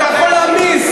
אתה יכול להעמיס,